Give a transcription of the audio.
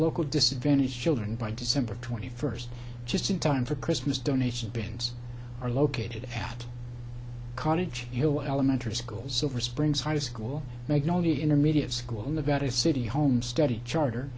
local disadvantaged children by december twenty first just in time for christmas donation bins are located at college hill elementary schools silver springs high school magnolia intermediate school in the better city home study charter